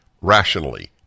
rationally